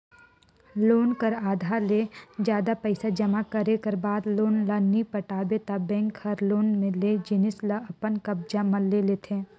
loan कर आधा ले जादा पइसा जमा करे कर बाद लोन ल नी पटाबे ता बेंक हर लोन में लेय जिनिस ल अपन कब्जा म ले लेथे